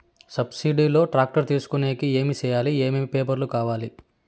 Subsidy లో tractor తీసుకొనేకి ఏమి చేయాలి? ఏమేమి పేపర్లు కావాలి?